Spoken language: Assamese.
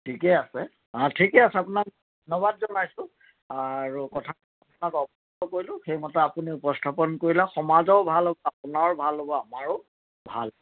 ঠিকেই আছে ঠিকেই আছে আপোনাক ধন্যবাদ জনাইছোঁ আৰু কথাটো সেইমতে আপুনি উপস্থাপন কৰিলে সমাজৰো ভাল হ'ব আপোনাৰো ভাল হ'ব আমাৰো ভাল